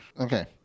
okay